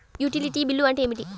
Utility bill అంటే ఏమిటి?